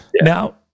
Now